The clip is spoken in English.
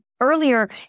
earlier